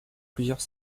plusieurs